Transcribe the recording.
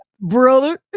brother